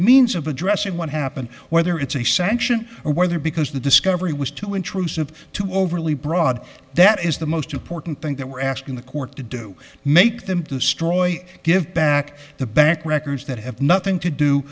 means of addressing what happened whether it's a sanction or whether because the discovery was too intrusive too overly broad that is the most important thing that we're asking the court to do make them too strong give back the bank records that have nothing to do